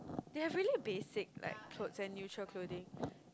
they have really basic like clothes and neutral clothing